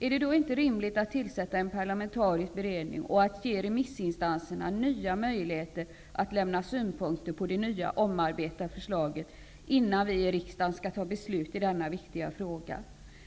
Är det då inte rimligt att tillsätta en parlamentarisk beredning och att ge remissinstanserna nya möjligheter att lämna synpunkter på det nya omarbetade förslaget innan vi i riksdagen skall fatta beslut i denna viktiga fråga?